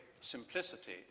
simplicity